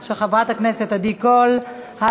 של חברת הכנסת עדי קול, בקריאה ראשונה.